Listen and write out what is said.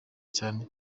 cyane